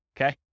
okay